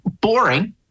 boring